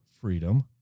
freedom